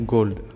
Gold